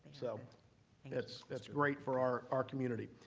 so and that's that's great for our our community.